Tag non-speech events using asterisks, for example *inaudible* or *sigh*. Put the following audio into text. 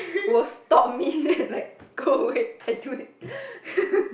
will stop me then like go away I do it *laughs*